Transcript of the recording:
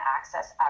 access